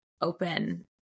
open